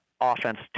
offense